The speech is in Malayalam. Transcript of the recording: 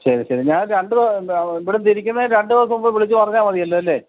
ശരി ശരി ഞാൻ രണ്ട് ഇവിടെനിന്ന് തിരിക്കുന്നതിന്റെ രണ്ട് ദിവസം മുമ്പ് വിളിച്ചുപറഞ്ഞാല് മതിയല്ലോ അല്ലേ